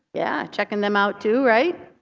yeah, checking them out too, right.